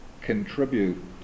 contribute